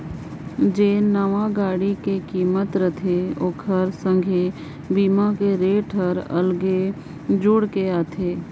जेन नावां गाड़ी के किमत रथे ओखर संघे बीमा के रेट हर अगले जुइड़ के आथे